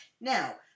Now